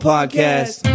Podcast